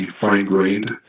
fine-grained